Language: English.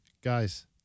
Guys